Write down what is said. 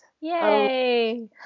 Yay